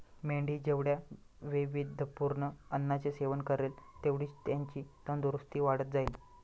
मेंढी जेवढ्या वैविध्यपूर्ण अन्नाचे सेवन करेल, तेवढीच त्याची तंदुरस्ती वाढत जाईल